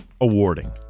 awarding